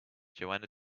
johanna